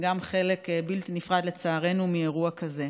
גם זה חלק בלתי נפרד, לצערנו, מאירוע כזה.